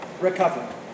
recover